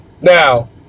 Now